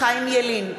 חיים ילין,